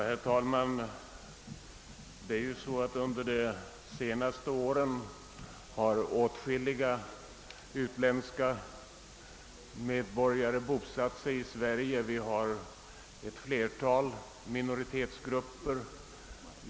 Herr talman! Under senare år har många utländska medborgare bosatt sig i Sverige, och vi har nu här i landet ett flertal minoritetsgrupper.